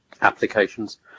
applications